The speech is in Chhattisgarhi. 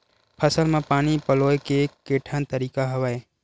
फसल म पानी पलोय के केठन तरीका हवय?